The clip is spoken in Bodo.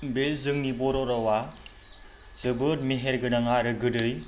बे जोंनि बर' रावआ जोबोर मेहेर गोनां आरो गोदै